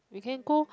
we can go